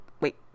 wait